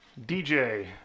DJ